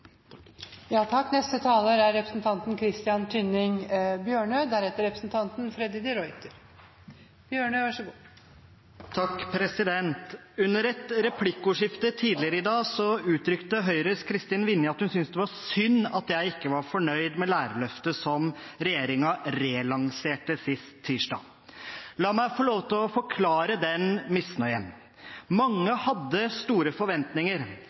Under et replikkordskifte tidligere i dag uttrykte Høyres Kristin Vinje at hun syntes det var synd at jeg ikke var fornøyd med Lærerløftet som regjeringen relanserte sist tirsdag. La meg få lov til å forklare den misnøyen. Mange hadde store forventninger,